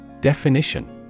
Definition